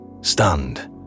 stunned